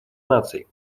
наций